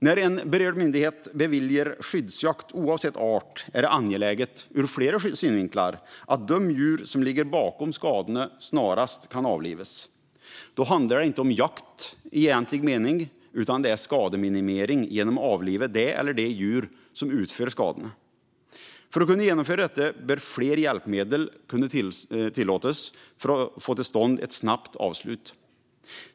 När en berörd myndighet beviljar skyddsjakt oavsett art är det angeläget, ur flera synvinklar, att de djur som ligger bakom skadorna snarast kan avlivas. Då handlar det inte om jakt i egentlig mening utan om skademinimering genom att avliva det eller de djur som utför skadorna. För att kunna genomföra detta och få till stånd ett snabbt avslut bör fler hjälpmedel kunna tillåtas.